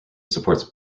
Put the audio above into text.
supports